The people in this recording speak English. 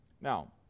Now